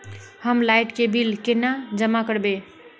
हम लाइट के बिल केना जमा करबे?